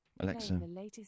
Alexa